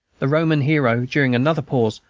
the roman hero, during another pause,